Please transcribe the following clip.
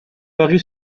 varie